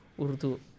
Urdu